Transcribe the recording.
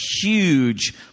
huge